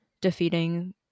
defeating